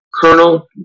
Colonel